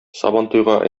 сабантуйга